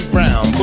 Brown